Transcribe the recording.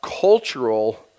cultural